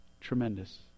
Tremendous